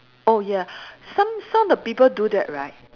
oh ya some some of the people do that right